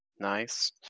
Nice